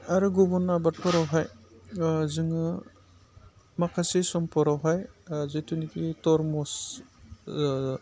आरो गुबुन आबादफोरावहाय जोङो माखासे समफोरावहाय जिथुनिखि टरमुस